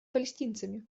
палестинцами